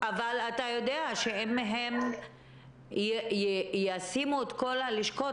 אבל אתה יודע שאם הם ישימו את כל הלשכות,